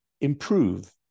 improve